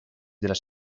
della